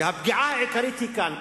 והפגיעה העיקרית היא בהן.